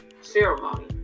Ceremony